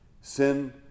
Sin